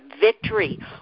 victory